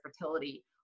Fertility